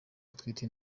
atwite